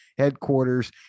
Headquarters